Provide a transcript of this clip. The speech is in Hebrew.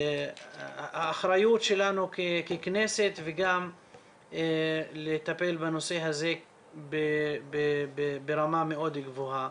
האחריות שלנו ככנסת וגם לטפל בנושא הזה ברמה מאוד גבוהה.